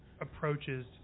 approaches